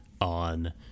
on